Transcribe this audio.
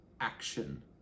action